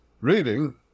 reading